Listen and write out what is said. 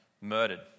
murdered